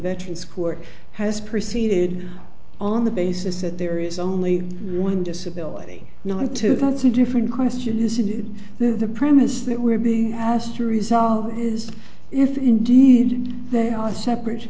veterans court has proceeded on the basis that there is only one disability not to that's a different question isn't there the premise that we're being asked to resolve is if indeed they are separate